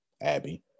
Abby